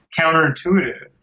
counterintuitive